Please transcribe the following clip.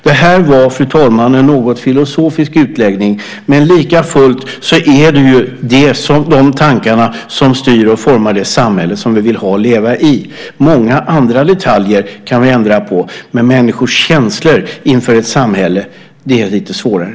Det här var, fru talman, en något filosofisk utläggning, men likafullt är det de tankarna som styr och formar det samhälle som vi vill ha och leva i. Många andra detaljer kan vi ändra på, men människors känslor inför ett samhälle är lite svårare.